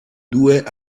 due